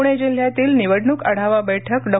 पुणे जिल्ह्यातील निवडणूक आढावा बैठक डॉ